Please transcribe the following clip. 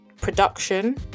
production